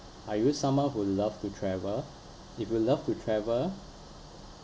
are you someone who love to travel if you love to travel